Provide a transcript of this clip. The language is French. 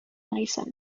harrison